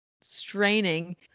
straining